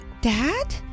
dad